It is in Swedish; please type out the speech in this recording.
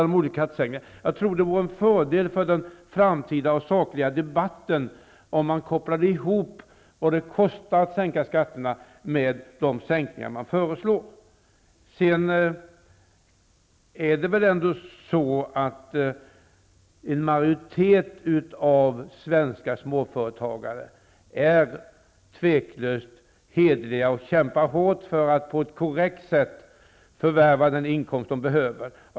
Det vore en fördel för en saklig debatt i framtiden om man kopplade ihop vad det kostar att sänka skatterna med de skattesänkningar man föreslår. En majoritet av svenska småföretagare är otvivelaktigt hederliga och kämpar hårt för att på ett korrekt sätt förvärva den inkomst de behöver.